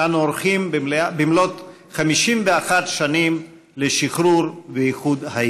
מנכ"ל הכנסת אלברט סחרוביץ,